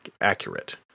accurate